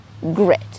grit